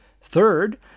Third